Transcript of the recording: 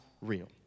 real